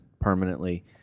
permanently